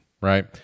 Right